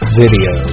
video